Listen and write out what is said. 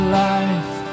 life